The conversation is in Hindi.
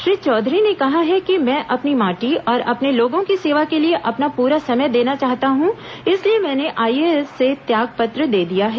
श्री चौधरी ने कहा है कि मैं अपनी माटी और अपने लोगों की सेवा के लिए अपना पूरा समय देना चाहता हूं इसलिए मैंने आईएएस से त्याग पत्र दे दिया है